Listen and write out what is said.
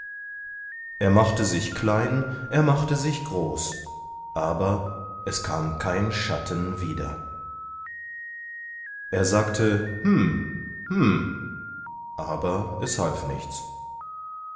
er machte sich klein er machte sich groß aber es kam kein schatten wieder er sagte hm hm aber es half nichts